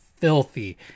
filthy